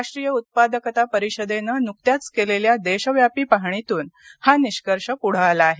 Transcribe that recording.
राष्ट्रीय उत्पादकता परिषदेन नुकत्याच केलेल्या देशव्यापी पाहणीतून हा निष्कर्ष पुढे आला आहे